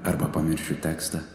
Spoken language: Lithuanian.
arba pamiršiu tekstą